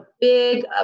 big